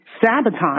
sabotage